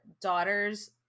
daughters